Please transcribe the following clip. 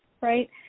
right